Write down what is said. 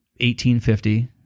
1850